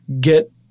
get